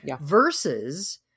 versus